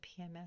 PMS